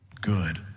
Good